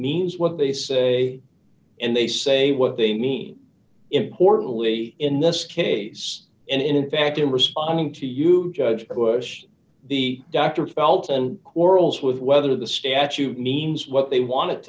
means what they say and they say what they mean importantly in this case and in fact in responding to you judge bush the dr felten quarrels with whether the statute means what they want it